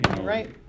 Right